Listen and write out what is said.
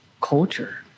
culture